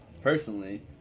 personally